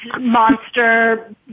monster